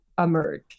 emerge